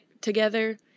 together